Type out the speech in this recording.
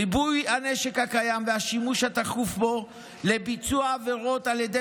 ריבוי הנשק הקיים והשימוש התכוף בו לביצוע עבירות על ידי